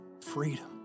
freedom